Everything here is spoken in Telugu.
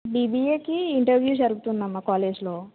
బీబీఏకి ఇంటర్వ్యూ జరుగుతుందమ్మ కాలేజ్లో